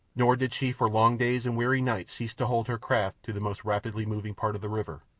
nor did she for long days and weary nights cease to hold her craft to the most rapidly moving part of the river,